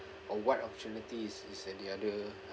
or what opportunities is is at the other